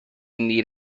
need